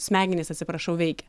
smegenys atsiprašau veikia